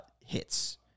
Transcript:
hits